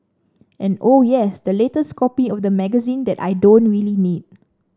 and oh yes that latest copy of the magazine that I don't really need